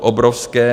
Obrovské.